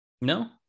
No